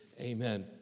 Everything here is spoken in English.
Amen